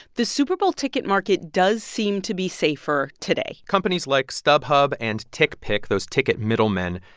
the super bowl ticket market does seem to be safer today companies like stubhub and tickpick, those ticket middlemen,